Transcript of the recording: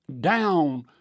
down